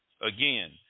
Again